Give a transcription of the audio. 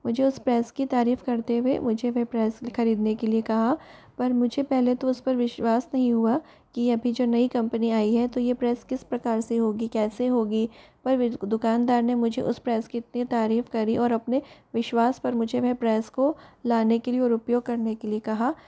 मुझे उस प्रेस की तारीफ करते हुए मुझे वह प्रेस खरीदने के लिये कहा पर मुझे पहले तो उस पर विश्वास नहीं हुआ कि अभी जो नई कंपनी आई है तो ये प्रेस किस प्रकार से होगी कैसे होगी पर दुकानदार ने मुझे उस प्रेस की इतनी तारीफ करी और अपने विश्वास पर मुझे वह प्रेस को लाने के लिये और उपयोग करने के लिए कहा